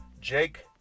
Jake